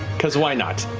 because why not?